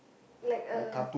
like a